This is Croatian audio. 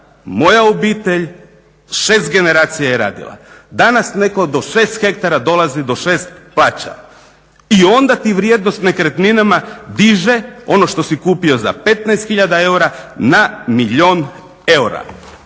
moja obitelj 6 generacija je radila. Danas netko do 6 ha dolazi do 6 plaća i onda tim vrijednost nekretninama diže. Ono što si kupio za 15 hiljada eura na milijun eura.